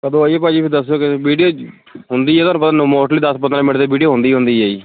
ਕਦੋਂ ਆਈਏ ਭਾਜੀ ਫਿਰ ਵੀਡਿਓ ਹੁੰਦੀ ਹੈ ਤੁਹਾਨੂੰ ਮੋਸਟਲੀ ਦਸ ਪੰਦਰਾਂ ਮਿੰਟ ਦੀ ਵੀਡਿਓ ਹੁੰਦੀ ਹੀ ਹੁੰਦੀ ਹੈ ਜੀ